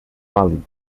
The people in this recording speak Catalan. vàlid